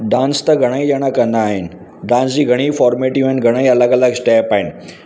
dance त घणा ई ॼणा कंदा आहिनि डांस जी घणी फॉर्मेटियूं आहिनि घणे ई अलॻि अलॻि स्टैप आहिनि